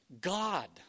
God